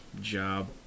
job